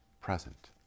present